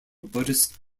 buddhist